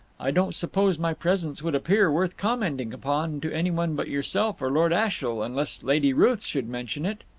i don't suppose my presence would appear worth commenting upon to anyone but yourself or lord ashiel, unless lady ruth should mention it.